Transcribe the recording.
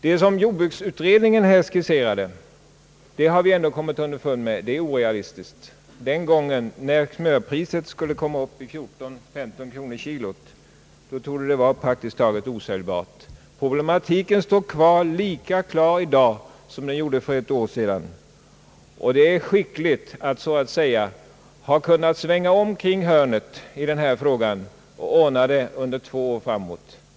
Vi har dock kommit underfund med att de linjer som jordbruksutredningen skisserade är orealistiska. När mjölkpriset kommer att ligga vid 14 å 15 kronor per kilogram torde smöret vara praktiskt taget osäljbart. Problematiken finns dock kvar i dag på samma sätt som för ett år sedan. Det är skickligt att så att säga ha kunnat svänga runt hörnet i den här frågan och ordna saken under två år framåt.